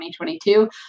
2022